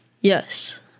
Yes